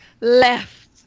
left